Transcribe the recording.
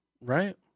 right